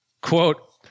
Quote